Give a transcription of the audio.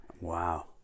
Wow